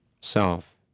self